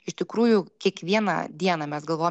iš tikrųjų kiekvieną dieną mes galvojam